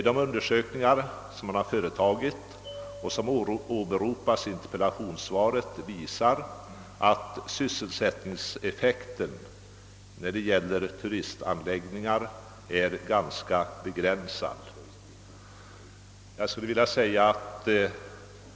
De undersökningar som företagits och som åberopats i interpellationssvaret visar att sysselsättningseffekten är ganska begränsad när det gäller turistanläggningar.